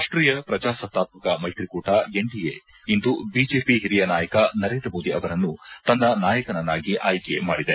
ರಾಷ್ಷೀಯ ಪ್ರಜಾಸತ್ತಾತ್ಪಕ ಮೈತ್ರಿಕೂಟ ಎನ್ಡಿಎ ಇಂದು ಬಿಜೆಪಿ ಹಿರಿಯ ನಾಯಕ ನರೇಂದ್ರ ಮೋದಿ ಅವರನ್ನು ತನ್ನ ನಾಯಕನನ್ನಾಗಿ ಆಯ್ಲೆ ಮಾಡಿದೆ